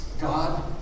God